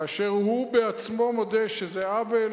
כאשר הוא עצמו מודה שזה עוול,